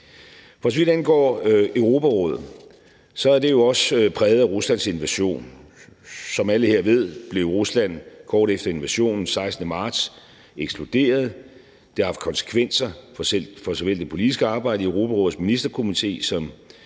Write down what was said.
For så vidt angår Europarådet, er det jo også præget af Ruslands invasion. Som alle her ved, blev Rusland kort efter invasionen, den 16. marts, ekskluderet, og det har haft konsekvenser for såvel det politiske arbejde i Europarådets Ministerkomité som